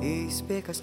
įspėk kas